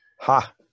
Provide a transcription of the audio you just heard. Ha